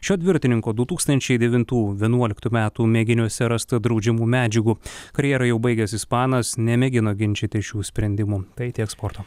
šio dviratininko du tūkstančiai devintų vienuoliktų metų mėginiuose rasta draudžiamų medžiagų karjerą jau baigęs ispanas nemėgino ginčyti šių sprendimų tai tiek sporto